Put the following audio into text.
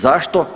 Zašto?